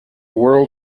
world